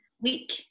week